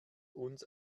uns